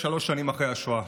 שלוש שנים אחרי השואה.